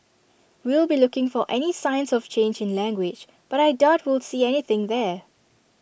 we'll be looking for any signs of change in language but I doubt we'll see anything there